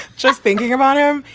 just thinking about him.